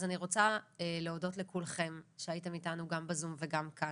אז אני רוצה להודות לכולכם שהייתם איתנו גם בזום וגם כאן.